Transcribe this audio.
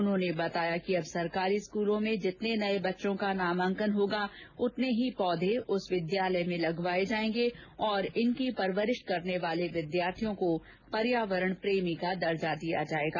उन्होंने बताया कि अब सरकारी स्कूलों में जितने नए बच्चों का नमांकन होगा उतने ही पौधे उस विद्यालय में लगवाएं जाएगें और इनकी परवरिश करने वाले विद्यार्थियों को पर्यावरण प्रेमी का दर्जा दिया जाएगा